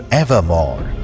evermore